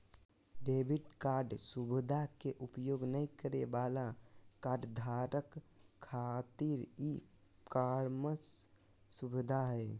debit card सुवधा के उपयोग नय करे वाला कार्डधारक खातिर ई कॉमर्स सुविधा हइ